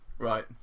Right